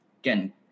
Again